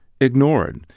ignored